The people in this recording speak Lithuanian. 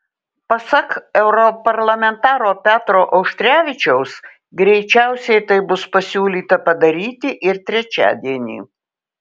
pasak europarlamentaro petro auštrevičiaus greičiausiai tai bus pasiūlyta padaryti ir trečiadienį